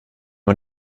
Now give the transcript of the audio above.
man